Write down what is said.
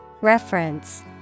Reference